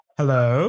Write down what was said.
Hello